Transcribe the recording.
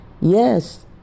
yes